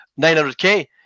900k